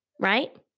right